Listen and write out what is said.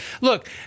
Look